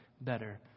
better